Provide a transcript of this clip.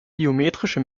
biometrische